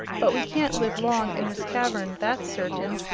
but we can't live long in this cavern, that's certain.